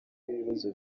ibibazo